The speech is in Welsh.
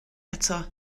eto